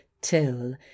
till